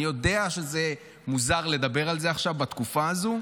אני יודע שזה מוזר לדבר על זה עכשיו, בתקופה הזו,